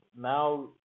now